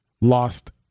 lost